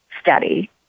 study